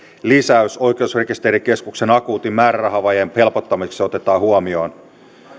lisäys oikeusrekisterikeskuksen akuutin määrärahavajeen helpottamiseksi otetaan huomioon